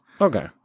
Okay